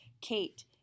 Kate